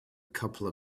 couple